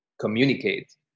communicate